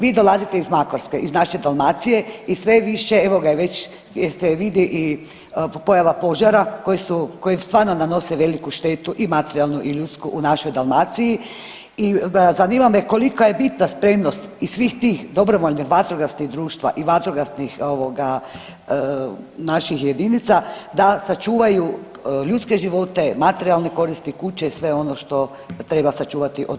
Vi dolazite iz Makarske iz naše Dalmacije i sve je više evoga je već se vidi i pojava požara koji stvarno nanose veliku štetu i materijalnu i ljudsku u našoj Dalmaciji i zanima me kolika je bitna spremnost i svih tih dobrovoljnih vatrogasnih društva i vatrogasnih naših jedinica da sačuvaju ljudske života, materijalne koristi, kuće sve ono što treba sačuvati od požara?